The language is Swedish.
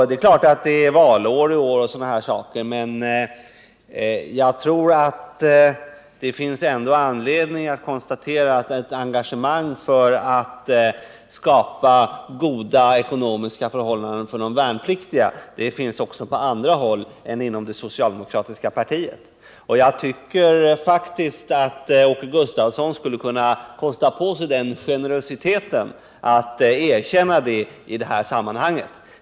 Det är klart att det är valår i år, men jag tror att det ändå finns anledning konstatera att ett engagemang för att skapa goda ekonomiska förhållanden för de värnpliktiga finns också på andra håll än inom det socialdemokratiska partiet. Jag tycker faktiskt att Åke Gustavsson kunde kosta på sig den generositeten att erkänna detta.